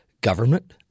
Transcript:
government